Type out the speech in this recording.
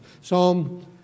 Psalm